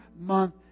month